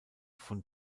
von